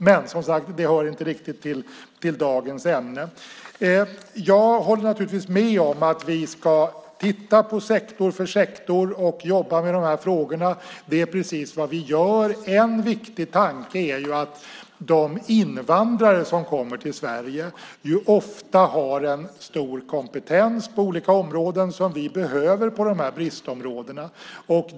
Men det hör som sagt var inte riktigt till dagens ämne. Jag håller naturligtvis med om att vi ska titta på sektor för sektor och jobba med de här frågorna. Det är precis vad vi gör. En viktig tanke är att de invandrare som kommer till Sverige ofta har en stor kompetens på olika områden som vi behöver inom bristområdena.